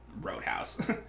Roadhouse